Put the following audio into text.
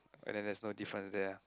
and then there is no difference there